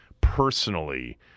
personally